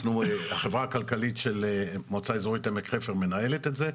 אנחנו החברה הכלכלית של מועצה אזורית עמק חפר שמנהלת את זה,